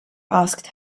asked